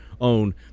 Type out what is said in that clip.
own